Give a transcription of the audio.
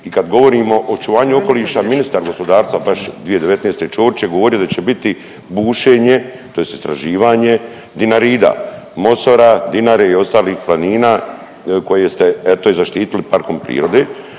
I kad govorimo o očuvanju okoliša, ministar gospodarstva vaš 2019. Ćorić je govorio da će biti bušenje tj. istraživanje Dinarida, Mosora, Dinare i ostalih planina planina koje ste eto i zaštitili parkom prirode.